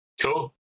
Cool